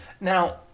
Now